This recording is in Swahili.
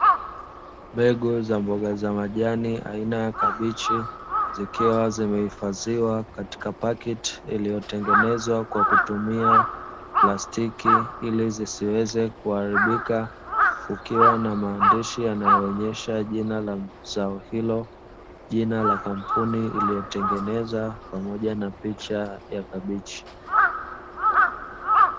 Mbegu za mboga za majani aina kabichi, zikiwa zimehifadhiwa katika paketi iliyotengenezwa kwa kutumia plastiki, ili zisiweze kuharibika, kukiwa na maandishi yanayoonyesha jina la zao hilo, jina la kampuni iliyotengeneza, pamoja na picha ya kabichi.